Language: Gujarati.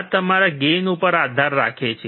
આ તમારા ગેઇન ઉપર આધાર રાખે છે